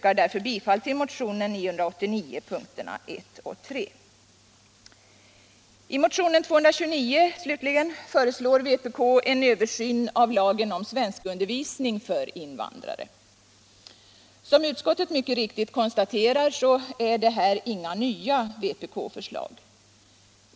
I motionen 229 föreslår vpk en översyn av lagen om svenskundervisning för invandrare. Som utskottet mycket riktigt konstaterar är detta inga nya vpk-förslag.